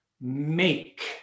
make